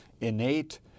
innate